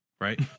Right